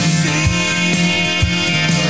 feel